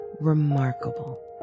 remarkable